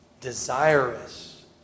desirous